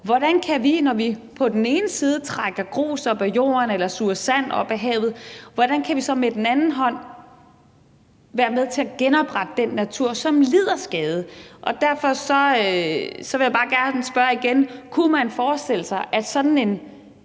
hvordan vi, når vi med den ene hånd trækker grus op af jorden eller suger sand op af havet, med den anden hånd kan være med til at genoprette den natur, som lider skade. Derfor vil jeg bare gerne spørge igen: Kunne man forestille sig, at sådan en